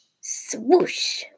Swoosh